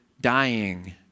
dying